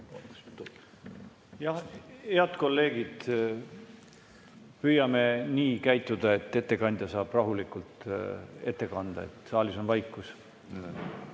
Head kolleegid, püüame käituda nii, et ettekandja saaks rahulikult ette kanda, saalis on vaikus.